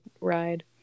ride